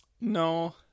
No